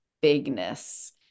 bigness